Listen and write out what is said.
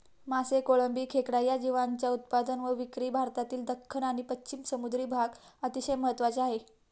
मासे, कोळंबी, खेकडा या जीवांच्या उत्पादन व विक्री भारतातील दख्खन व पश्चिम समुद्री भाग अतिशय महत्त्वाचे आहे